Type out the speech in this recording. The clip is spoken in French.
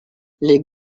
les